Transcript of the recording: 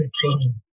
training